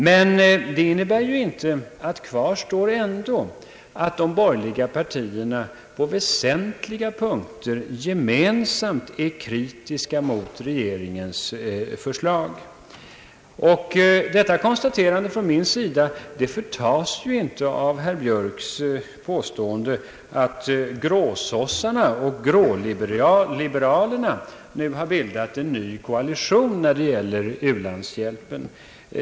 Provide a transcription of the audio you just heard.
Men kvar står ändå att de borgerliga partierna på väsentliga punkter gemen samt är kritiska mot regeringens förslag. Detta mitt konstaterande förtas inte av herr Björks påstående att »gråsossarna» och »gråliberalerna» nu har bildat en ny koalition när det gäller u-landshjälpen.